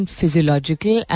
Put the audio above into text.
physiological